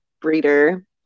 breeder